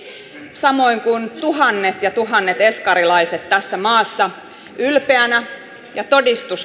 samoin kuin tuhannet ja tuhannet eskarilaiset tässä maassa ylpeänä ja todistus